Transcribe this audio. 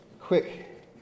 quick